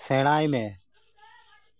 ᱥᱮᱬᱟᱭ ᱢᱮ